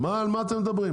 כן, על מה אתם מדברים?